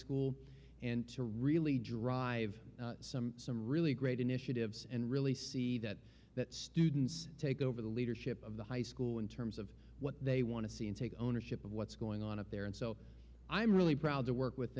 school and to really drive some really great initiatives and really see that that students take over the leadership of the high school in terms of what they want to see and take ownership of what's going on up there and so i'm really proud to work with